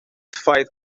fight